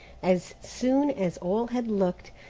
as soon as all had looked,